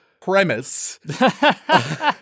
premise